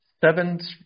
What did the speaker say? seven